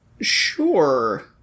Sure